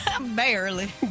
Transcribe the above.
Barely